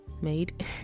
made